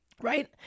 right